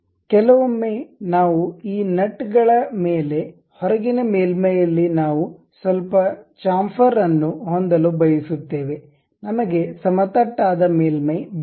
ಕೆಲವೊಮ್ಮೆ ನಾವು ಈ ನಟ್ಗಳ ಮೇಲೆ ಹೊರಗಿನ ಮೇಲ್ಮೈಯಲ್ಲಿ ನಾವು ಸ್ವಲ್ಪ ಚಾಂಫರ ಅನ್ನು ಹೊಂದಲು ಬಯಸುತ್ತೇವೆ ನಮಗೆ ಸಮತಟ್ಟಾದ ಮೇಲ್ಮೈ ಬೇಡ